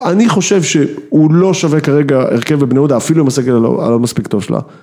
אני חושב שהוא לא שווה כרגע הרכב בבני יהודה אפילו עם הסגר הל... הלא מספיק טוב שלה